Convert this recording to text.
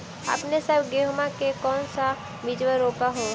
अपने सब गेहुमा के कौन सा बिजबा रोप हू?